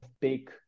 big